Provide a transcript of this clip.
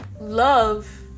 love